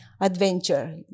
adventure